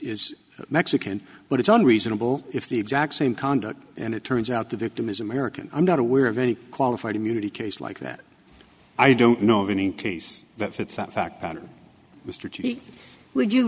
is mexican but it's all reasonable if the exact same conduct and it turns out the victim is american i'm not aware of any qualified immunity case like that i don't know of any case that fits that fact pattern mr cheek would you